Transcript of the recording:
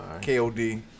KOD